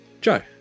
Joe